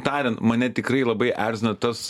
tarian mane tikrai labai erzina tas